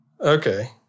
Okay